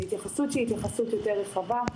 והתייחסות שהיא התייחסות יותר רחבה,